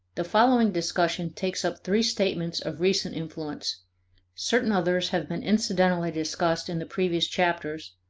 the following discussion takes up three statements of recent influence certain others have been incidentally discussed in the previous chapters,